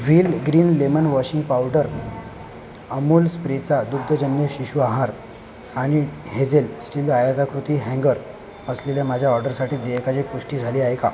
wheel green lemon washing powder Amul स्प्रेचा दुग्धजन्य शिशुआहार आणि हेजेल स्टील आयताकृती हँगर असलेल्या माझ्या ऑर्डरसाठी देयकाची पुष्टी झाली आहे का